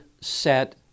set